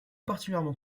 particulièrement